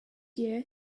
year